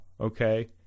okay